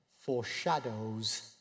foreshadows